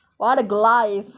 what a good life